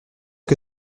que